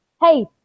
Hey